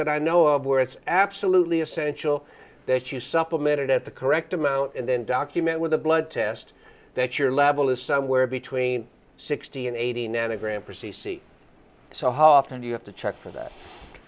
that i know of where it's absolutely essential that you supplement it at the correct amount and then document with a blood test that your level is somewhere between sixty and eighty nandigram prosy c so how often do you have to check for th